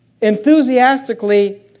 enthusiastically